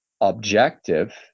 objective